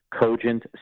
cogent